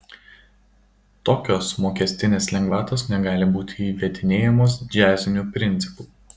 tokios mokestinės lengvatos negali būti įvedinėjamos džiaziniu principu